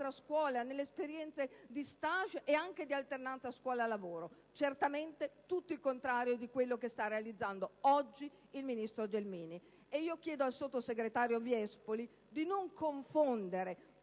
scuola, nelle esperienze di *stage* e anche di alternanza scuola-lavoro. Certamente, tutto il contrario di quello che sta realizzando oggi il ministro Gelmini ed io chiedo al sottosegretario Viespoli di non confondere,